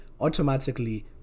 automatically